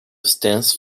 stance